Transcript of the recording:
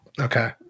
okay